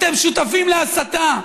אתם שותפים להסתה,